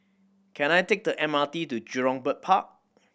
can I take the M R T to Jurong Bird Park